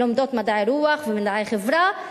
לומדות מדעי הרוח ומדעי החברה,